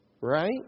Right